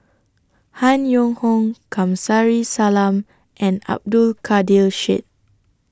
Han Yong Hong Kamsari Salam and Abdul Kadir Syed